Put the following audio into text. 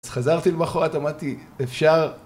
אז חזרתי למחרת, אמרתי, אפשר...